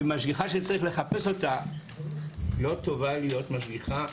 משגיחה שצריך לחפש אותה לא טובה להיות משגיחה.